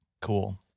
Cool